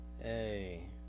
Hey